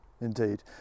Indeed